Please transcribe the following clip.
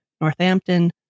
Northampton